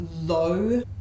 low